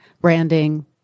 branding